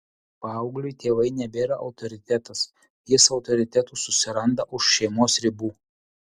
paaugliui tėvai nebėra autoritetas jis autoritetų susiranda už šeimos ribų